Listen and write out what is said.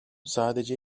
sadece